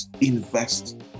invest